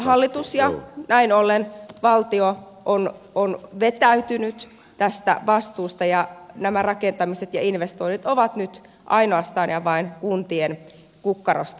hallitus ja näin ollen valtio on vetäytynyt tästä vastuusta ja nämä rakentamiset ja investoinnit ovat nyt ainoastaan ja vain kuntien harteilla ja niiden kukkarosta pois